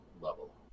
level